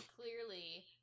clearly